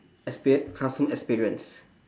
experie~ classroom experience